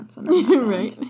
Right